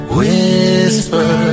whisper